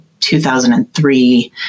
2003